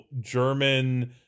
German